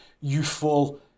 youthful